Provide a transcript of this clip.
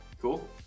Cool